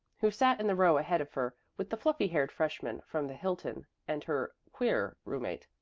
who sat in the row ahead of her with the fluffy-haired freshman from the hilton and her queer roommate.